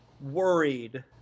worried